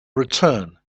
return